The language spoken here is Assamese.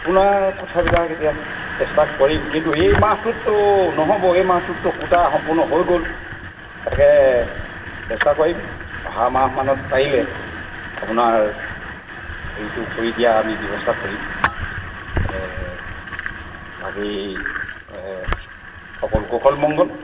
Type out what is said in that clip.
আপোনাৰ কথাবিলাক এতিয়া চেষ্টা কৰিম কিন্তু এই মাহটোতটো নহ'ব এই মাহটোতটো কোটা সম্পূৰ্ণ হৈ গ'ল তাকে চেষ্টা কৰিম অহা মাহমানত পাৰিলে আপোনাৰ হেৰিটো কৰি দিয়া আমি ব্যৱস্থা কৰিম বাকি সকলো কুশল মংগল